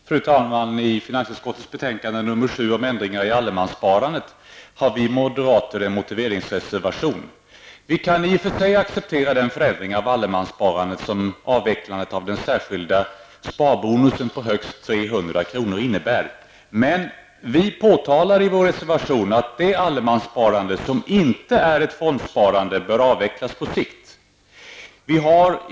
Fru talman! Till finansutskottets betänkande 7 om ändringar i allemanssparandet har vi moderater fogat en motiveringsreservation. Vi kan i och för sig acceptera den förändring i allemanssparandet som avvecklandet av den särskilda sparbonusen på högst 300 kr. innebär, men vi uttalar i vår reservation att det allemanssparande som inte är ett fondsparande på sikt bör avvecklas.